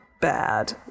bad